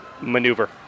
Maneuver